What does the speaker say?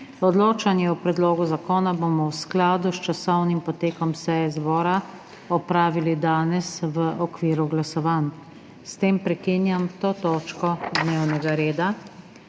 Odločanje o predlogu zakona bomo v skladu s časovnim potekom seje zbora opravili danes v okviru glasovanj. S tem prekinjam to točko dnevnega reda.